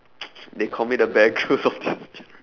they call me the bear-grylls of this gene~